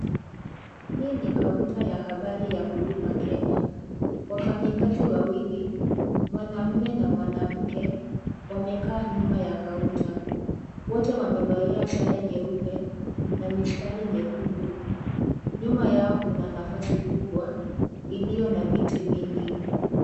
Hii ni kaunta ya habari ya huduma Kenya. Wafanyakazi wawili, mwanamume na mwanamke, wamekaa nyuma ya kaunta. Wote wamevalia sare nyeupe, na mistari nyekundu. Nyuma yao kuna nafasi kubwa, iliyo na viti vingi.